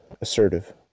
assertive